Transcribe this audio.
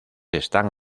están